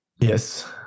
Yes